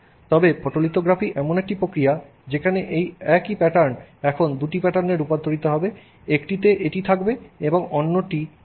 তবে ফটোলিথোগ্রাফি এমন একটি প্রক্রিয়া যেখানে এই একই প্যাটার্ন এখন দুটি প্যাটার্নে রূপান্তরিত হবে একটিতে এটি থাকবে এবং অন্যটি এই বস্তু যা শীর্ষে আছে